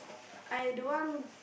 I don't want